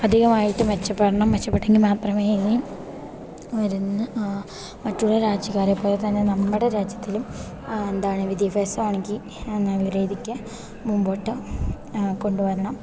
അധികമായിട്ട് മെച്ചപ്പെടണം മെച്ചപ്പെട്ടെങ്കി മാത്രമേയിനി വര്ന്ന് മറ്റുള്ള രാജ്യക്കാരെ പോലെത്തന്നെ നമ്മടെ രാജ്യത്തിലും എന്താണ് വിദ്യാഭ്യാസാണെങ്കി നല്ലരീതിക്ക് മുമ്പോട്ട് കൊണ്ടുവരണം